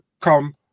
come